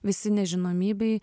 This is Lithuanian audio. visi nežinomybėj